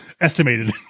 Estimated